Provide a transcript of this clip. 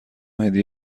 هدیه